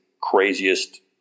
craziest